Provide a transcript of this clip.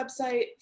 website